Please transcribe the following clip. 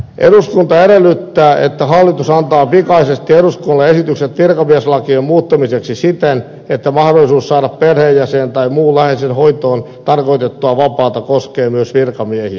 eduskunta edellyttää että hallitus antaa pikaisesti eduskunnalle esitykset virkamieslakien muuttamiseksi siten että mahdollisuus saada perheenjäsenen tai muun läheisen hoitoon tarkoitettua vapaata koskee myös virkamiehiä